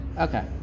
Okay